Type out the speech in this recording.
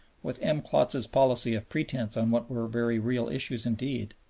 with m. klotz's policy of pretense on what were very real issues indeed,